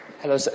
Hello